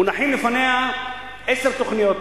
מונחות לפניה עשר תוכניות.